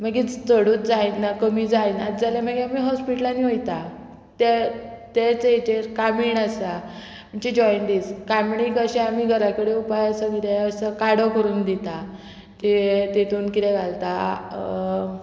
मागी चडूच जायना कमी जायनाच जाल्यार मागीर आमी हॉस्पिटलांनी वयता ते तेच हेचेर कामीण आसा म्हणजे जॉयन्टीस कामिणीक अशें आमी घरा कडे उपाय आसा कितें असो काडो करून दिता ते तितून किदें घालता